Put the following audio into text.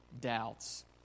doubts